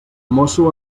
mosso